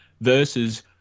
Versus